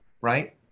right